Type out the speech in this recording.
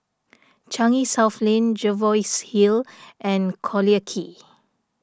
Changi South Lane Jervois Hill and Collyer Quay